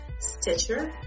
Stitcher